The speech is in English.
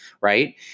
right